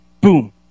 boom